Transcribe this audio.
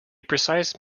precise